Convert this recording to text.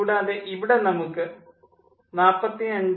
കൂടാതെ ഇവിടെ നമുക്ക് 45